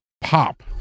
pop